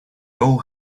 soul